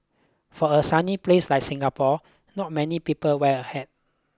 for a sunny place like Singapore not many people wear a hat